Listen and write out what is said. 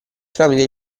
tramite